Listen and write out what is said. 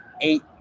eight